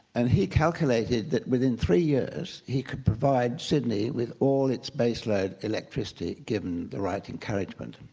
and he calculated that within three years he could provide sydney with all its base load electricity given the right encouragement.